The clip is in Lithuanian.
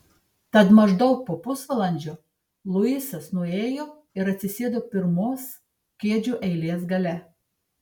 tad maždaug po pusvalandžio luisas nuėjo ir atsisėdo pirmos kėdžių eilės gale